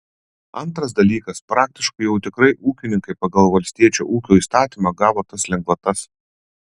antras dalykas praktiškai jau tikrai ūkininkai pagal valstiečio ūkio įstatymą gavo tas lengvatas